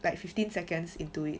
like fifteen seconds into it